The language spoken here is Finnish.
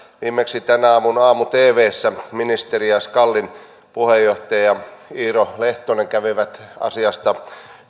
viimeksi tämän aamun aamu tvssä ministeri ja skalin puheenjohtaja iiro lehtonen kävivät asiasta